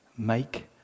Make